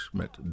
met